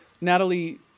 Natalie